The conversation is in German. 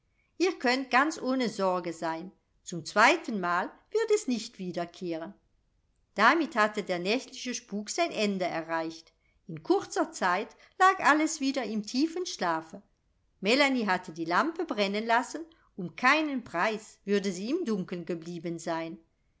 ihr könnt ganz ohne sorge sein zum zweitenmal wird es nicht wiederkehren damit hatte der nächtliche spuk sein ende erreicht in kurzer zeit lag alles wieder im tiefen schlafe melanie hatte die lampe brennen lassen um keinen preis würde sie im dunklen geblieben sein